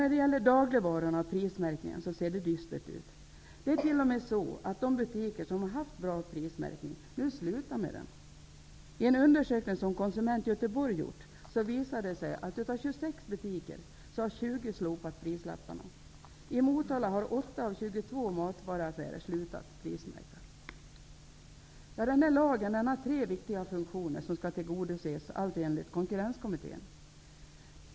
När det gäller dagligvarorna och prismärkningen ser det dystert ut. Det är t.o.m. så att de butiker som har haft bra prismärkning nu slutar med prismärkning. I en undersökning som Konsument Göteborg gjort visar det sig att av 26 butiker har 20 slopat prislapparna. I Motala har 8 av 22 matvarubutiker slutat att prismärka varorna. Lagen innehåller tre viktiga funktioner som skall tillgodoses, allt enligt Konkurrenskommittén.